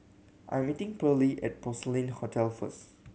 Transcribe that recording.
I am meeting Pearlie at Porcelain Hotel first